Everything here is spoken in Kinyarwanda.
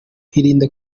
irinde